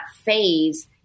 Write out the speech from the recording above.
phase